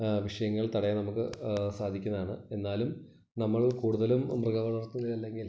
വിഷയങ്ങൾ തടയാൻ നമുക്ക് സാധിക്കുന്നതാണ് എന്നാലും നമ്മൾ കൂടുതലും മൃഗ വളർത്തുന്ന അല്ലെങ്കിൽ